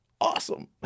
awesome